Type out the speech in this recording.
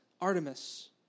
Artemis